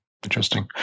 interesting